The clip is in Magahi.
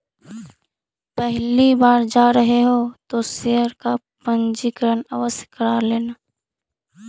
पहली बार जा रहे हो तो शेयर का पंजीकरण आवश्य करा लेना